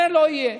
זה לא יהיה.